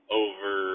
over